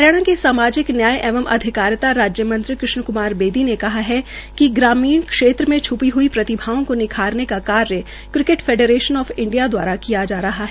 हरियाणा के सामाजिक न्याय एवं अधिकारिता राज्य मंत्री कृष्ण क्मार बेदी ने कहा कि ग्रामीण क्षेत्र में छ्पी हुई प्रतिभाओं को निखारने का कार्य क्रिकेट फैडरेशन आफ इंडिया द्वारा किया जा रहा है